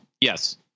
yes